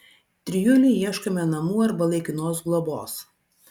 trijulei ieškome namų arba laikinos globos